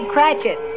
Cratchit